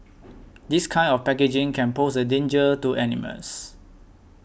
this kind of packaging can pose a danger to animals